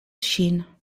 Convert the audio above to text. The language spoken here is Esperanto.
ŝin